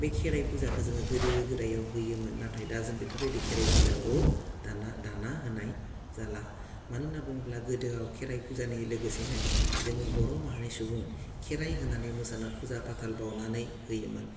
बे खेराय फुजाखौ जोङो गोदो गोदायाव होयोमोन नाथाय दा जों बेफोरबायदि खेराय फुजाखौ दाना दाना होनाय जाला मानो होनना बुङोब्ला गोदोआव खेराय फुजानि लोगोसेनो जोंनि बर' माहारि सुबुं खेराय होनानै मोसानो फुजा फाथाल बावनानै होयोमोन